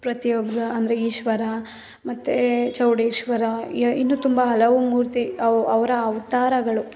ಪ್ರತಿಯೊಬ್ಬರ ಅಂದರೆ ಈಶ್ವರ ಮತ್ತು ಚೌಡೇಶ್ವರ ಇನ್ನೂ ತುಂಬ ಹಲವು ಮೂರ್ತಿ ಅವು ಅವರ ಅವತಾರಗಳು